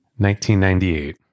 1998